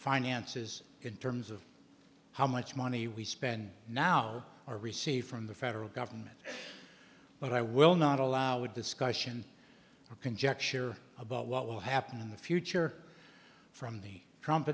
finances in terms of how much money we spend now or receive from the federal government but i will not allow a discussion or conjecture about what will happen in the future from the trump